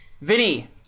Vinny